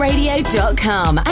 Radio.com